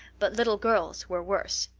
but little girls were worse.